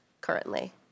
currently